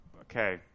okay